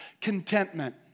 Contentment